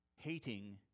hating